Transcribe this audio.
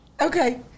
Okay